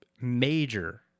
major